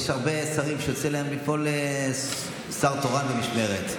יש הרבה שרים שיוצא להם ליפול כשר תורן במשמרת,